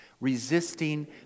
resisting